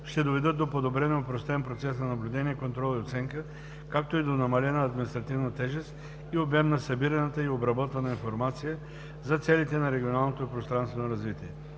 ще доведат до подобрен и опростен процес на наблюдение, контрол и оценка, както и до намалена административна тежест и обем на събираната и обработваната информация за целите на регионалното и пространственото развитие.